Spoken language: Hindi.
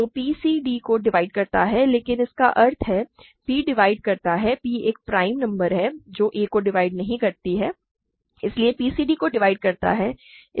तो p c d को डिवाइड करता है लेकिन इसका अर्थ है p डिवाइड करता है p एक प्राइम नंबर है जो a को डिवाइड नहीं करती है इसलिए p c d को डिवाइड करता है